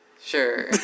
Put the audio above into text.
sure